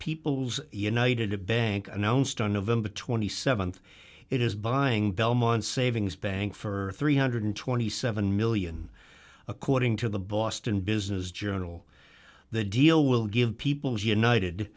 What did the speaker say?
peoples united a bank announced on nov th it is buying belmont savings bank for three hundred and twenty seven million according to the boston business journal the deal will give people as united